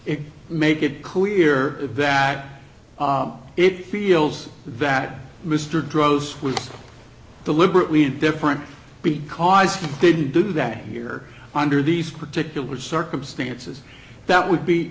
it make it clear that it feels that mr dros was deliberately different because we didn't do that here under these particular circumstances that would be